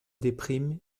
déprime